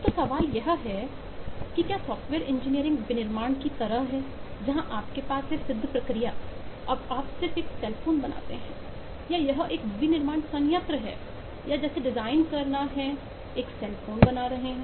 तो सवाल यह है कि सवाल अधिक है क्या सॉफ्टवेयर इंजीनियरिंग विनिर्माण की तरह है जहां आपके पास है सिद्ध प्रक्रिया और आप सिर्फ एक सेल फोन बनाते हैं या यह एक विनिर्माण संयंत्र या जैसे डिजाइन करना है एक सेल फोन बना रही है